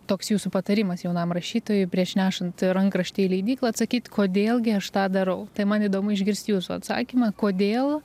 toks jūsų patarimas jaunam rašytojui prieš nešant rankraštį į leidyklą atsakyt kodėl gi aš tą darau tai man įdomu išgirst jūsų atsakymą kodėl